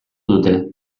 dute